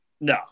No